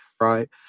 Right